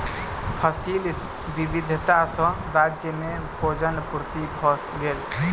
फसिल विविधता सॅ राज्य में भोजन पूर्ति भ गेल